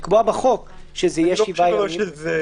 לקבוע בחוק שזה יהיה שבעה ימים?